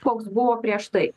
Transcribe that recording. koks buvo prieš tai